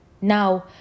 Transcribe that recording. Now